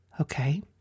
okay